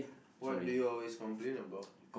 what do you always complain about